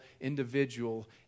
individual